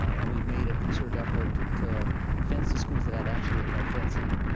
and we made a concerted effort to fence the schools that had absolutely no fencing.